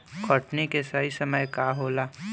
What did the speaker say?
कटनी के सही समय का होला?